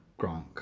Gronk